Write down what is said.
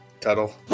Tuttle